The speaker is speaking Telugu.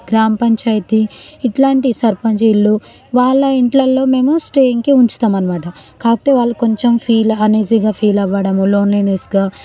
గ్రామపంచాయతీ ఇట్లాంటి సర్పంచి ఇల్లు వాళ్ళ ఇంట్లల్లో మేము స్టేయింగ్కి ఉంచుతామనమాట కాకపోతే వాళ్ళు కొంచెం ఫీల్ అనీజీగా ఫీల్ అవ్వడము లోన్లీనెస్గా